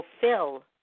fulfill